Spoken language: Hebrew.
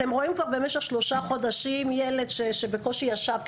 אתם רואים כבר במשך שלושה חודשים ילד שבקושי ישב,